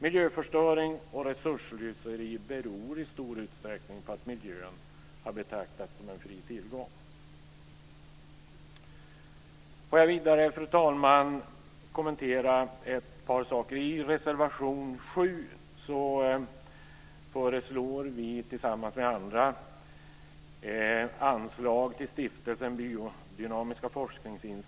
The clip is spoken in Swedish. Miljöförstöring och resursslöseri beror i stor utsträckning på att miljön har betraktats som en fri tillgång. Får jag vidare, fru talman, kommentera ett par saker. I reservation 7 föreslår vi tillsammans med andra anslag till institutet för biodynamisk forskning.